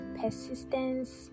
persistence